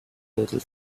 little